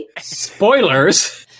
Spoilers